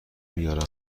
میارم